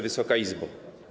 Wysoka Izbo!